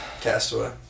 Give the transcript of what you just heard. Castaway